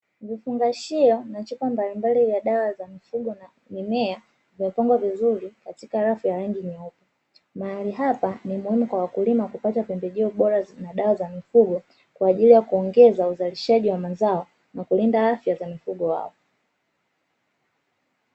Vifungashio na chupa mbalimbali ya dawa za mifugo na mimea, vimepangwa vizuri katika rafu ya rangi nyeupe. Mahali hapa ni muhimu kwa wakulima kupata pembejeo bora na dawa za mifugo kwa ajili ya kuongeza uzalishaji wa mazao na kulinda afya za mifugo wao.